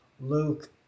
Luke